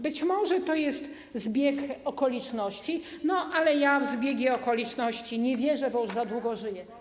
Być może to jest zbieg okoliczności, ale ja w zbiegi okoliczności nie wierzę, bo już za długo żyję.